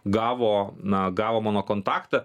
gavo na gavo mano kontaktą